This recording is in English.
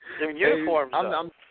Uniforms